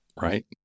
right